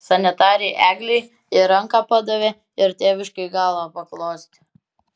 sanitarei eglei ir ranką padavė ir tėviškai galvą paglostė